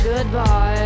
Goodbye